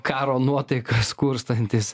karo nuotaikas kurstantys